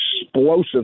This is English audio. explosive